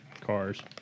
cars